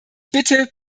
bitte